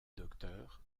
docteur